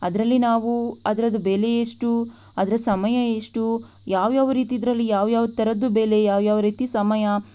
ಅದರಲ್ಲಿ ನಾವು ಅದರದ್ದು ಬೆಲೆ ಎಷ್ಟು ಅದರ ಸಮಯ ಎಷ್ಟು ಯಾವ್ಯಾವ ರೀತಿಯದ್ರಲ್ಲಿ ಯಾವ್ಯಾವ ಥರದ್ದು ಬೆಲೆ ಯಾವ್ಯಾವ ರೀತಿ ಸಮಯ